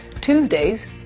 tuesdays